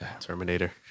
Terminator